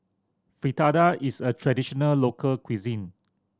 fritada is a traditional local cuisine